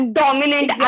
dominant